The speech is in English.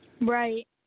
Right